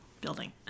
building